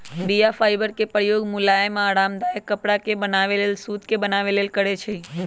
बीया फाइबर के प्रयोग मुलायम आऽ आरामदायक कपरा के बनाबे लेल सुत के बनाबे लेल करै छइ